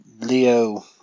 Leo